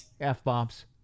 F-bombs